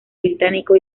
británico